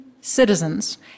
citizens